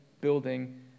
building